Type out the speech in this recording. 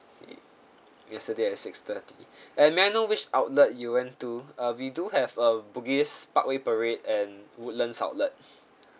okay yesterday at six thirty and may I know which outlet you went to uh we do have uh bugis parkway parade and woodlands outlet